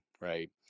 right